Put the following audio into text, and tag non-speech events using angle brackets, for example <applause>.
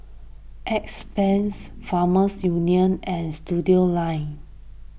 <unintelligible> Farmers Union and Studioline